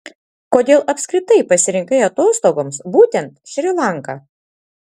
kodėl apskritai pasirinkai atostogoms būtent šri lanką